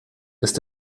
ist